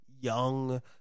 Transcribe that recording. young